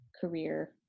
career